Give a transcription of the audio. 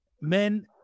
men